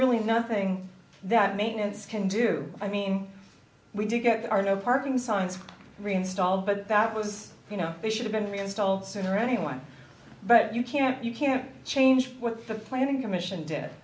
really nothing that maintenance can do i mean we do get our no parking signs reinstalled but that was you know they should have been reinstalled sooner anyway but you can't you can't change what the planning commission d